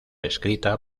escrita